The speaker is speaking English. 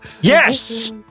Yes